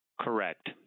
Correct